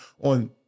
on